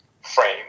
frame